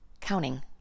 counting